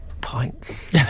pints